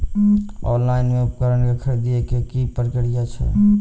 Online मे उपकरण केँ खरीदय केँ की प्रक्रिया छै?